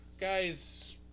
guys